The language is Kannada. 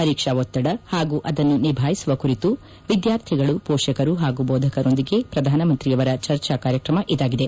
ಪರೀಕ್ಷಾ ಒತ್ತಡ ಹಾಗೂ ಅದನ್ನು ನಿಭಾಯಿಸುವ ಕುರಿತು ವಿದ್ಯಾರ್ಥಿಗಳು ಪೋಷಕರು ಹಾಗೂ ಬೋಧಕರರೊಂದಿಗೆ ಪ್ರಧಾನಮಂತ್ರಿಯವರ ಚರ್ಚಾ ಕಾರ್ಯಕ್ರಮ ಇದಾಗಿದೆ